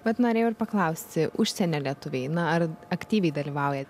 bet norėjau ir paklausti užsienio lietuviai na ar aktyviai dalyvauja